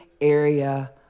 area